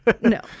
No